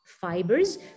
fibers